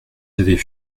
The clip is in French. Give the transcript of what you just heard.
avaient